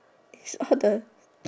is all the